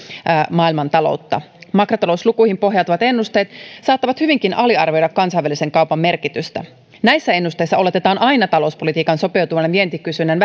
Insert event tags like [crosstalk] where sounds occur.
maailmantaloutta makrotalouslukuihin pohjautuvat ennusteet saattavat hyvinkin aliarvioida kansainvälisen kaupan merkitystä näissä ennusteissa oletetaan aina talouspolitiikan sopeutuvan vientikysynnän [unintelligible]